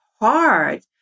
hard